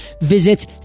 Visit